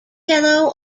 yellow